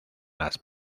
las